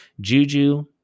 Juju